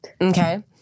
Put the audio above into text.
okay